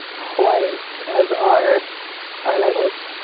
hawaiian as our our language.